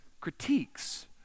critiques